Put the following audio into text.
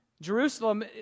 Jerusalem